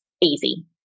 easy